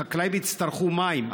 החקלאים יצטרכו מים,